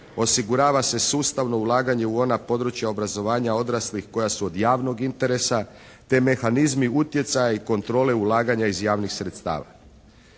osigurava se sustavno ulaganje u ona područja obrazovanja odraslih koja su od javnog interesa te mehanizmi utjecaja i kontrole ulaganja iz javnih sredstava.